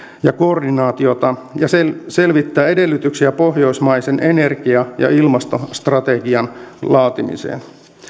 ja koordinaatiota ja selvittää edellytyksiä pohjoismaisen energia ja ilmastostrategian laatimiseen